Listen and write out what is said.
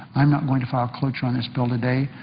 i'm not going to file cloture on this bill today.